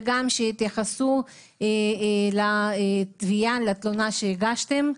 וגם שיתייחסו לתלונה שהגשתם,